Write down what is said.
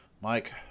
Mike